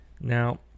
now